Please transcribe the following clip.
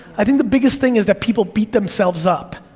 i think the biggest thing is that people beat themselves up,